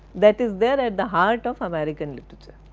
that is there at the heart of american literature.